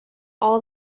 all